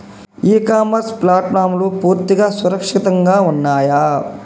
ఇ commerce ప్లాట్ఫారమ్లు పూర్తిగా సురక్షితంగా ఉన్నయా?